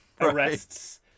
arrests